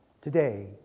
today